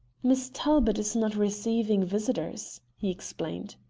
miss talbot is not receiving visitors, he explained.